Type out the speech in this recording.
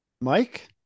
Mike